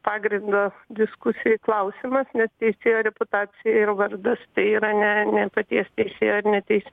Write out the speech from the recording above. pagrindo diskusijai klausimas nes teisėjo reputacija ir vardas tai yra ne ne paties teisėjo neteis